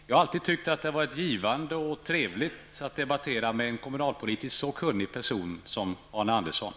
Jag har alltid tyckt att det har varit givande och trevligt att debattera med en kommunalekonomiskt så kunnig person som Arne